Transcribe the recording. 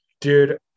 Dude